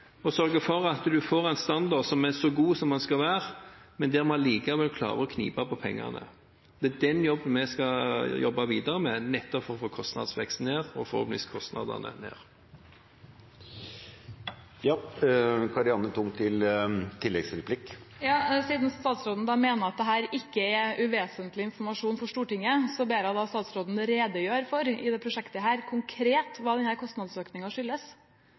å sørge for å få en standard som er så god som den skal være, men der en likevel klarer å knipe på pengene. Den jobben skal vi jobbe videre med, nettopp for å få ned kostnadsveksten, og forhåpentligvis også kostnadene. Siden statsråden mener dette ikke er uvesentlig informasjon for Stortinget, ber jeg statsråden om å redegjøre konkret her for hva denne kostnadsøkningen i prosjektet skyldes. Jeg inviterer Stortinget i nærmest alle saker Stortinget behandler, til å stille spørsmål i saksbehandlingen. Det